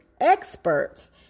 experts